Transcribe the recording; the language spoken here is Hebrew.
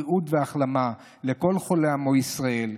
בריאות והחלמה לכל חולי עמו ישראל,